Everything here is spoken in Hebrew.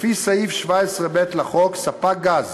לפי סעיף 17ב לחוק, ספק גז